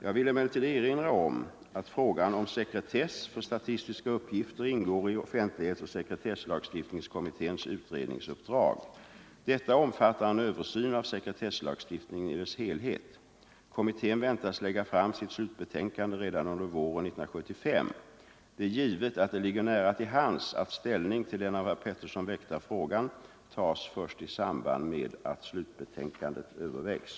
Jag vill emellertid erinra om att frågan om sekretess för statistiska uppgifter ingår i offentlighetsoch sekretesslagstiftningskommitténs utredningsuppdrag. Detta omfattar en översyn av sekretesslagstiftningen i dess helhet. Kommittén väntas lägga fram sitt slutbetänkande redan under våren 1975. Det är givet att det ligger nära till hands att ställning till den av herr Pettersson väckta frågan tas först i samband med att slutbetänkandet övervägs.